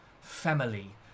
family